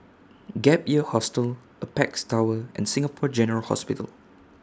Gap Year Hostel Apex Tower and Singapore General Hospital